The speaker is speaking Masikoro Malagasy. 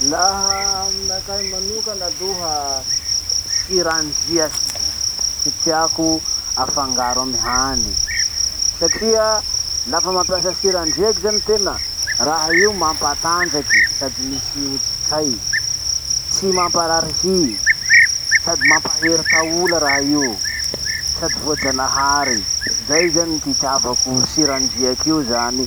Laha aminakahy manokana aloha, sirandriaky ty tiako afangaro amin'ny hany. Satria lafa mampiasa sirandriaky zany tena, raha io mampatanjaky sady misy otrikay, tsy mamparary hy, sady mampahery taola raha io, sady voajanahary. Zay zany ty itiavako sirandraiky io zany.